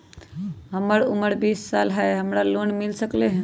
हमर उमर बीस साल हाय का हमरा लोन मिल सकली ह?